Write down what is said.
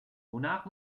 wonach